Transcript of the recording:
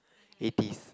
eighties